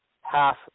half